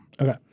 Okay